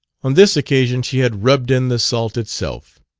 on this occasion she had rubbed in the salt itself.